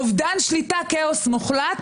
אובדן שליטה וכאוס מוחלט,